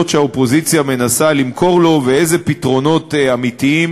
שהאופוזיציה מנסה למכור לו ואילו פתרונות אמיתיים